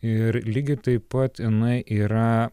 ir lygiai taip pat jinai yra